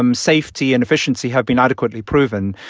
um safety and efficiency have been adequately proven.